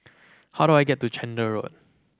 how do I get to Chander Road